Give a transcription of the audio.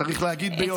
צריך להגיד ביושר גם.